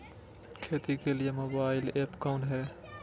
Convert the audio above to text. खेती के लिए मोबाइल ऐप कौन है?